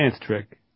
trick